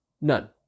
None